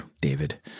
David